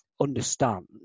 understand